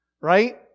right